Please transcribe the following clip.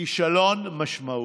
כישלון משמעותי.